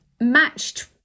matched